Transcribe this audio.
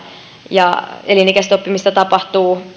ja elinikäistä oppimista tapahtuu